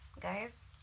guys